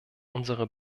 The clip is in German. unsere